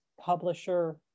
publisher